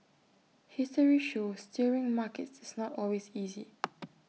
history shows steering markets is not always easy